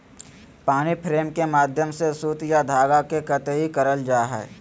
पानी फ्रेम के माध्यम से सूत या धागा के कताई करल जा हय